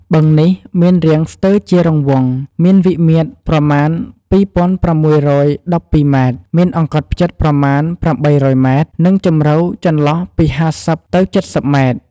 បឹងនេះមានរាងស្ទើរជារង្វង់ មានវិមាត្រប្រមាណ ពីរពាន់ប្រាំមួយរយដប់ពីរម៉ែត្រ មានអង្កត់ផ្ចឹតប្រមាណ ប្រាំបីរយម៉ែត្រ និងជម្រៅចន្លោះពីហាសិប ទៅ ចិតសិបម៉ែត្រ។